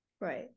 Right